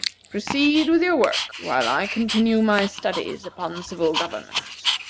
proceed with your work, while i continue my studies upon civil government.